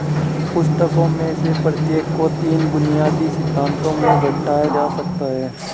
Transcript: पुस्तकों में से प्रत्येक को तीन बुनियादी सिद्धांतों में घटाया जा सकता है